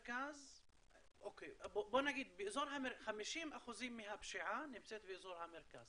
בוא נגיד ש-50% מהפשיעה נמצאת באזור המרכז